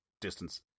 distance